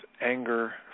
anger